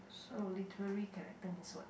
so literary character means what